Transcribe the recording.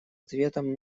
ответом